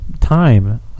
time